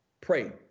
Pray